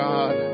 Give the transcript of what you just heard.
God